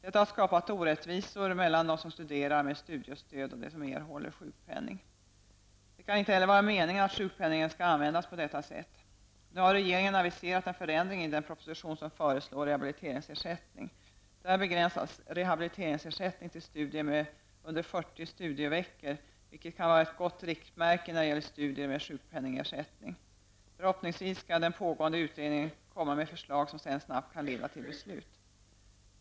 Detta har skapat orättvisor mellan dem som studerar med studiestöd och dem som erhåller sjukpenning. Det kan inte heller vara meningen att sjukpenningen skall användas på detta sätt. Där begränsas rehabiliteringsersättning till studier under 40 studieveckor, vilket kan vara ett gott riktmärke när det gäller studier med sjukpenningersättning. Förhoppningsvis skall den pågående utredningen komma med förslag som sedan snabbt kan leda till beslut.